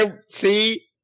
See